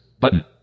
Button